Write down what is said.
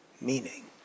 meaning